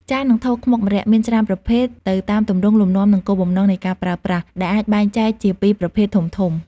ចាន និងថូខ្មុកម្រ័ក្សណ៍មានច្រើនប្រភេទ ទៅតាមទម្រង់ លំនាំ និងគោលបំណងនៃការប្រើប្រាស់ ដែលអាចបែងចែកជាពីរប្រភេទធំៗ។